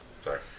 Sorry